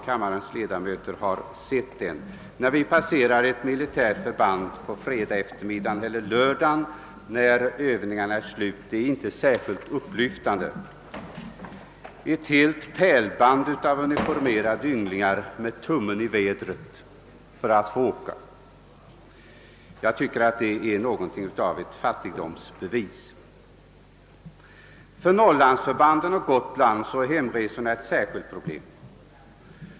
Den bild vi nu ser då vi passerar ett militärt förband på fredagseftermiddagen eller lördagen när Övningarna är slut är inte särskilt upplyftande: ett helt pärlband av uniformerade ynglingar med tummen i vädret för att få åka. Jag tycker att det är något av ett fattigdomsbevis för vårt försvar. För norrlandsförbanden och förbanden på Gotland är hemresorna ett särskilt problem.